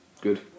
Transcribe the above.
Good